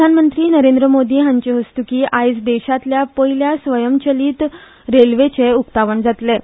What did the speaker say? प्रधानमंत्री नरेंद्र मोदी हांचे हस्तुकीं आयज देशांतल्या पयल्या स्वयंचलीत रेल्वेचें उक्तावण जातलें